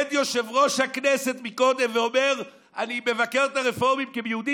עומד יושב-ראש הכנסת מקודם ואומר: אני מבקר את הרפורמים כי הם יהודים,